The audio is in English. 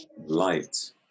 light